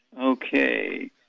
Okay